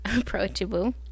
approachable